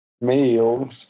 Meals